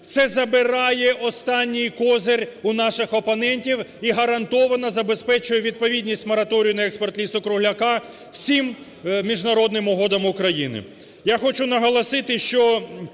Це забирає останній козир у наших опонентів і гарантовано забезпечує відповідність мораторію на експорт лісу-кругляка всім міжнародним угодам України.